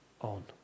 on